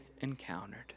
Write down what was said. encountered